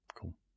Cool